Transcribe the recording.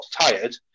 tired